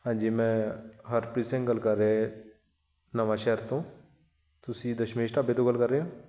ਹਾਂਜੀ ਮੈਂ ਹਰਪ੍ਰੀਤ ਸਿੰਘ ਗੱਲ ਕਰ ਰਿਹਾ ਨਵਾਂਸ਼ਹਿਰ ਤੋਂ ਤੁਸੀਂ ਦਸ਼ਮੇਸ਼ ਢਾਬੇ ਤੋਂ ਗੱਲ ਕਰ ਰਹੇ ਹੋ